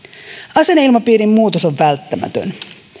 asenneilmapiirin muutos on välttämätön